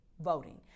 voting